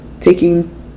taking